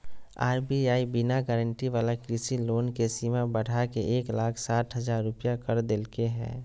RBI बिना guarantee वाला कृषि लोन के सीमा बढ़ाके एक लाख साठ हजार रुपया कर देलके हें